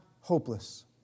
hopeless